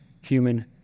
human